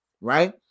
right